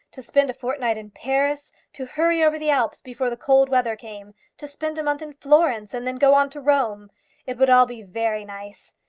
to spend a fortnight in paris to hurry over the alps before the cold weather came to spend a month in florence, and then go on to rome it would all be very nice.